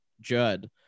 Judd